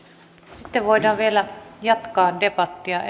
sitten voidaan vielä jatkaa debattia